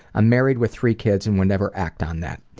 i'm married with three kids and would never act on that.